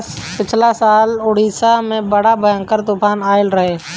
पिछला साल उड़ीसा में बड़ा भयंकर तूफान आईल रहे